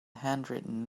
handwritten